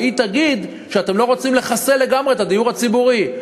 והיא תגיד שאתם לא רוצים לחסל לגמרי את הדיור הציבורי.